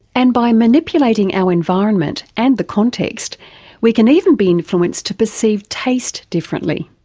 and by manipulating our environment and the context we can even be influenced to perceive taste differently.